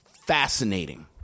fascinating